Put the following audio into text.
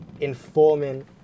informing